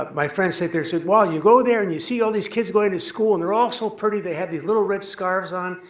ah my friends say, so well you go there and you see all these kids going to school and they're all so pretty, they have these little red scarves on.